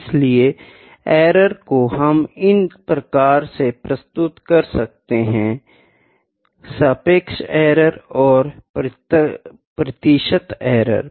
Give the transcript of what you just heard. इसलिए एरर को हम इन प्रकार से प्रस्तुत कर सकते है सापेक्ष एरर और प्रतिशत एरर